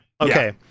Okay